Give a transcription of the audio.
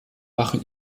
machen